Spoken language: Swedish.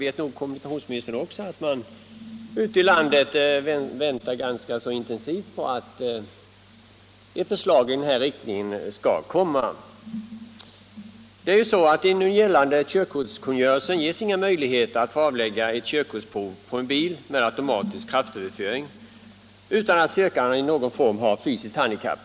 Som kommunikationsministern säkert vet väntar man ute i landet med stor otålighet på att ett sådant förslag skall läggas fram. Nu gällande körkortskungörelse ger ingen möjlighet att avlägga körkortsprov på bil med automatisk kraftöverföring med mindre att den sö kande har någon form av fysiskt handikapp.